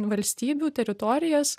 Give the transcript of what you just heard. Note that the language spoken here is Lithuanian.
valstybių teritorijas